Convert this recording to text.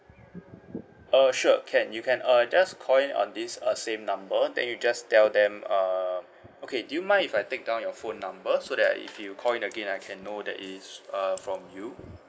err sure can you can uh just call in on this uh same number then you just tell them err okay do you mind if I take down your phone number so that if you call in again I can know that is uh from you